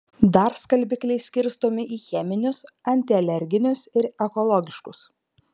dar skalbikliai skirstomi į cheminius antialerginius ir ekologiškus